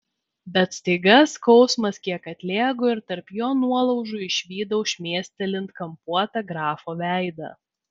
bet staiga skausmas kiek atlėgo ir tarp jo nuolaužų išvydau šmėstelint kampuotą grafo veidą